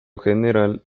general